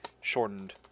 shortened